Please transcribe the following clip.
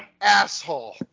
Asshole